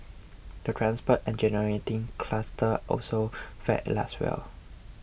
the transport engineering cluster also fared less well